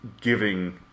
giving